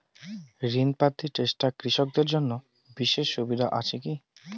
ঋণ পাতি চেষ্টা কৃষকদের জন্য বিশেষ সুবিধা আছি কি?